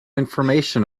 information